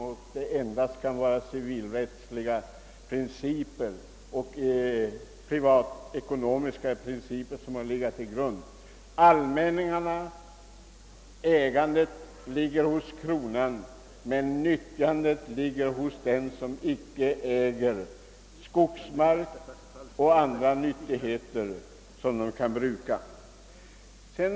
Här kan endast civilrättsliga och privatekonomiska princi per ligga till grund. Allmänningarna ägs av kronan, men utnyttjandet tillkommer dem som icke äger skogsmark eller andra nyttigheter som de kan bru: ka.